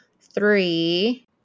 three